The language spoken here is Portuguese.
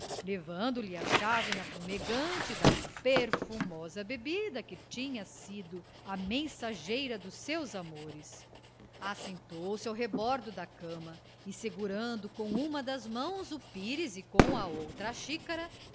levando-lhe a chávena fumegante da perfumosa bebida que tinha sido a mensageira dos seus amores assentou-se ao rebordo da cama e segurando com uma das mãos o pires e com a outra